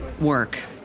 work